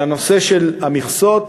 על הנושא של המכסות,